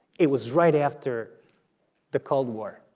it was right after the cold war.